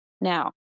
Now